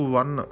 one